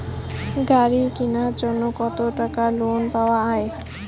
গাড়ি কিনার জন্যে কতো টাকা লোন পাওয়া য়ায়?